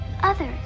others